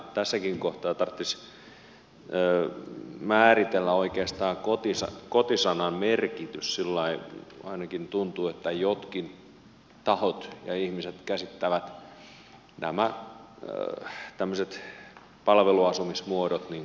tässäkin kohtaa tarvitsisi määritellä oikeastaan koti sanan merkitys sillä ainakin tuntuu että jotkin tahot ja ihmiset käsittävät nämä tämmöiset palveluasumismuodot kodiksi